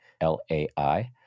L-A-I